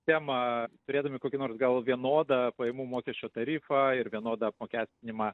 tema turėdami kokį nors gal vienodą pajamų mokesčio tarifą ir vienodą apmokestinimą